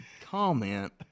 comment